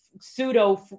pseudo